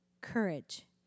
Courage